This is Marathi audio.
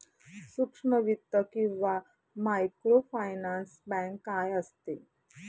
सूक्ष्म वित्त किंवा मायक्रोफायनान्स बँक काय असते?